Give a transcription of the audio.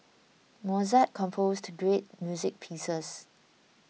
Mozart composed great music pieces